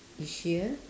each year